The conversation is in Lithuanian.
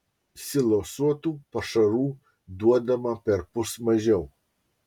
silosuotų pašarų duodama perpus mažiau